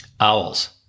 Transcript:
Owls